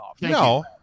No